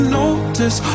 notice